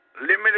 limited